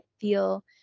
feel